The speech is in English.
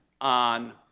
on